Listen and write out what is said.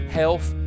health